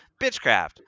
Bitchcraft